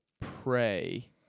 pray